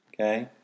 okay